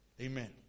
Amen